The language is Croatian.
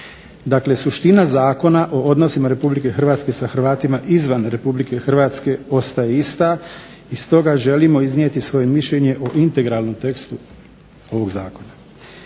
Dakle, suština Zakona odnosima RH sa Hrvatima izvan RH ostaje ista. I stoga želimo iznijeti svoje mišljenje o integralnom tekstu ovog zakona.